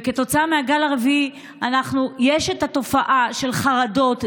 וכתוצאה מהגל הרביעי יש תופעה של חרדות,